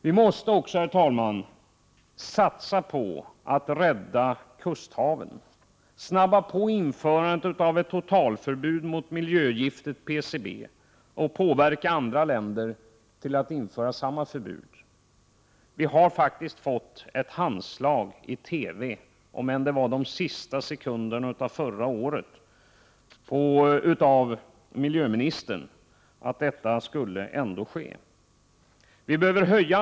Vi måste också, herr talman, satsa på att rädda kusthaven, snabba på ett införande av ett totalförbud mot miljögiftet PCB och påverka andra länder att införa ett likadant förbud. Vi har faktiskt fått ett handslag och ett löfte från miljöministern om att detta skall ske — framfört i TV, om än under de sista sekunderna av det förra året.